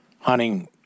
hunting